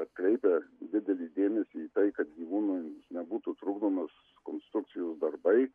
atkreipę didelį dėmesį į tai kad gyvūnui nebūtų trukdomas konstrukcijos darbai